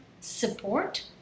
support